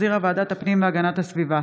שהחזירה ועדת הפנים והגנת הסביבה.